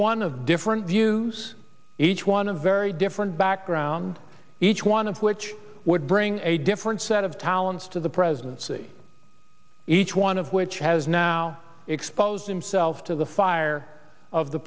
one of different views each one a very different background each one of which would bring a different set of talents to the presidency each one of which has now exposed himself to the fire of the